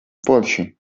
forši